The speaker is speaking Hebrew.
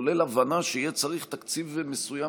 כולל הבנה שיהיה צריך תקציב מסוים,